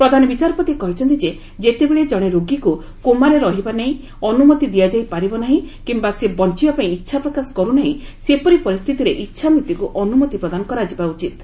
ପ୍ରଧାନବିଚାରପତି କହିଛନ୍ତି ଯେ ଯେତେବେଳେ ଜଣେ ରୋଗୀକୁ କୋମାରେ ରହିବା ନେଇ ଅନୁମତି ଦିଆଯାଇପାରିବ ନାହିଁ କିିୟା ସେ ବଞ୍ଚବା ପାଇଁ ଇଚ୍ଛାପ୍ରକାଶ କରୁନାହିଁ ସେପରି ପରିସ୍ଥିତିରେ ଇଚ୍ଛାମୃତ୍ୟୁକୁ ଅନୁମତି ପ୍ରଦାନ କରାଯିବା ଉଚିତ୍